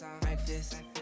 breakfast